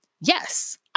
yes